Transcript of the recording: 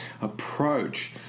approach